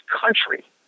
country